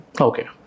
Okay